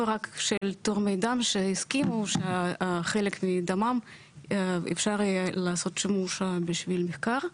רק של תורמי דם שהסכימו שחלק מדמם אפשר יהיה לעשות שימוש בשביל מחקר,